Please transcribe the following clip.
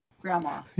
grandma